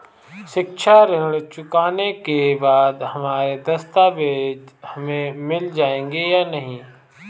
शिक्षा ऋण चुकाने के बाद हमारे दस्तावेज हमें मिल जाएंगे या नहीं?